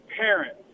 parents